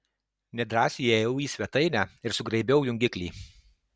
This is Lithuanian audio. nedrąsiai įėjau į svetainę ir sugraibiau jungiklį